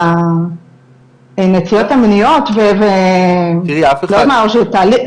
הנטיות המיניות ולא יודעת מה,